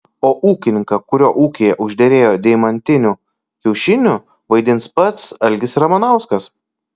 o ūkininką kurio ūkyje užderėjo deimantinių kiaušinių vaidins pats algis ramanauskas